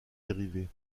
dérivés